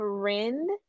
friend